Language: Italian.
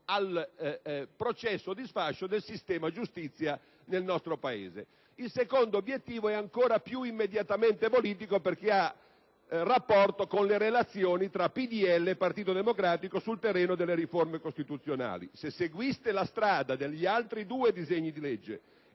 al processo di sfascio del sistema giustizia del nostro Paese. Il secondo obiettivo è ancora più immediatamente politico perché è in rapporto con le relazioni tra il Popolo della Libertà e il Partito Democratico sul terreno delle riforme costituzionali. Se seguiste la strada degli altri due disegni di legge